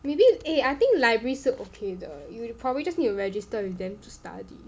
maybe eh I think library 是 okay 的 you probably just need to register with them to study